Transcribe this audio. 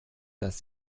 dass